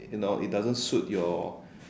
you know it doesn't suit your